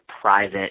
private